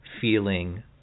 feeling